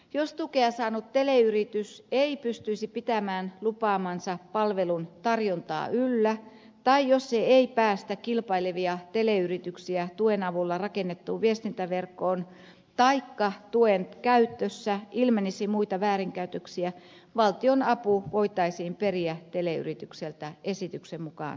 jos tukea saanut teleyritys ei pystyisi pitämään lupaamaansa palveluntarjontaa yllä tai jos se ei päästä kilpailevia teleyrityksiä tuen avulla rakennettuun viestintäverkkoon taikka tuen käytössä ilmenisi muita väärinkäytöksiä valtionapu voitaisiin periä teleyritykseltä esityksen mukaan takaisin